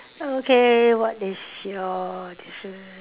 okay what is your